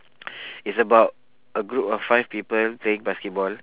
it's about a group of five people playing basketball